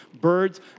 birds